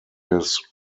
his